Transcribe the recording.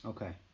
Okay